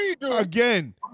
again